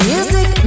Music